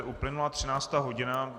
Uplynula 13. hodina.